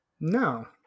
No